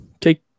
take